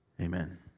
Amen